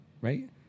right